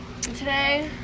Today